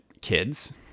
kids